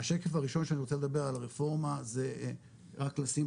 השקף הראשון שאני רוצה לדבר על הרפורמה זה רק לשים